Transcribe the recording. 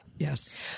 Yes